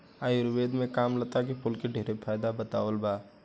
आयुर्वेद में कामलता के फूल के ढेरे फायदा बतावल बा